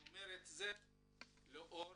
אני אומר זאת לאור